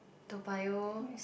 Toa-Payoh